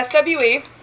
SWE